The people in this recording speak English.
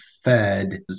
fed